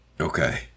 Okay